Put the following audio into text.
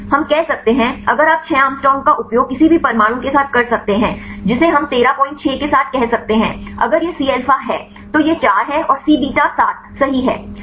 हम कह सकते हैं अगर आप 6 एंग्स्ट्रॉम का उपयोग किसी भी परमाणु के साथ कर सकते हैं जिसे हम 136 के साथ कह सकते हैं अगर यह C अल्फा है तो यह 4 है और C बीटा 7 सही है